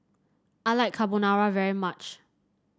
I like Carbonara very much